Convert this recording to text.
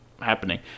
happening